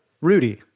Rudy